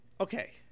Okay